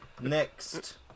next